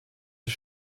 des